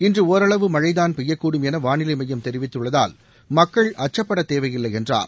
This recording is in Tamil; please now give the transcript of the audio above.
இன்று ஓரளவு மழைதான் பெய்யக்கூடும் என வானிலை மையம் தெரிவித்துள்ளதால் மக்கள் அச்சப்படத் தேவையில்லை என்றார்